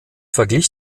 verglich